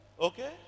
Okay